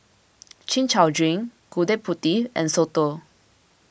Chin Chow Drink Gudeg Putih and Soto